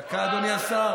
דקה, אדוני השר?